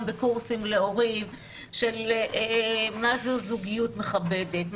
בקורסים להורים לגבי מה זאת זוגיות מכבדת,